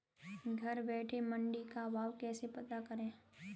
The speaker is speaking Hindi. घर बैठे मंडी का भाव कैसे पता करें?